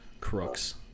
Crooks